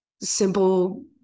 simple